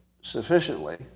sufficiently